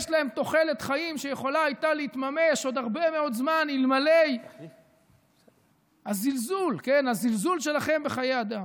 יש להם תוחלת חיים שיכולה הייתה להתממש אלמלא הזלזול שלכם בחיי אדם.